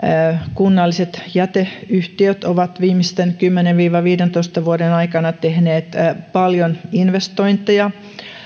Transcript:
kunnalliset jäteyhtiöt ovat viimeisten kymmenen viiva viidentoista vuoden aikana tehneet paljon investointeja